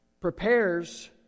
prepares